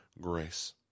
grace